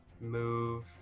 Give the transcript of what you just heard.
move